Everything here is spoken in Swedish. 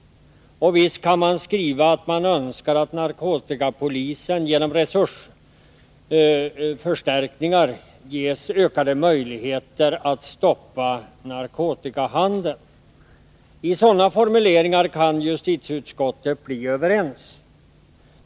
Och visst kan man skriva att man önskar att narkotikapolisen genom resursförstärkningar ges ökade möjligheter att stoppa narkotikahandeln. Om sådana formuleringar kan justitieutskottets ledamöter bli överens.